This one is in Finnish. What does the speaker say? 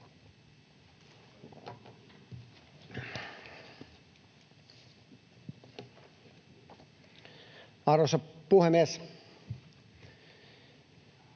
Arvoisa puhemies!